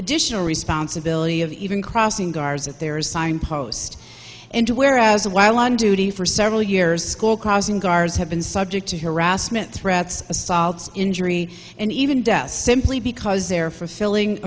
additional responsibility of even crossing guards at their assigned post into whereas while on duty for several years school crossing guards have been subject to harassment threats assaults injury and even death simply because they're fulfilling